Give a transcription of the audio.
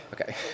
Okay